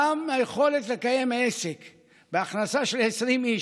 גם היכולת לקיים עסק בהכנסה מ-20 איש,